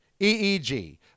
EEG